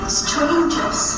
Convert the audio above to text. strangers